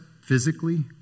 physically